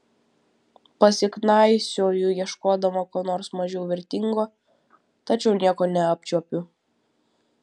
pasiknaisioju ieškodama ko nors mažiau vertingo tačiau nieko neapčiuopiu